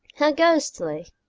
how ghostly!